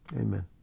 Amen